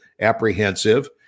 apprehensive